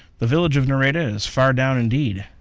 the village of nareda is far down indeed.